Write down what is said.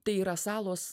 tai yra salos